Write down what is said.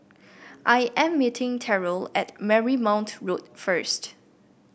I am meeting Terrell at Marymount Road first